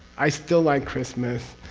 i still like christmas.